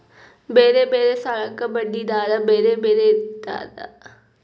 ಬೇರೆ ಬೇರೆ ಸಾಲಕ್ಕ ಬಡ್ಡಿ ದರಾ ಬೇರೆ ಬೇರೆ ಇರ್ತದಾ?